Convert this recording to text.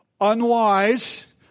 unwise